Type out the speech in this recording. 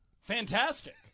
Fantastic